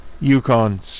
Yukon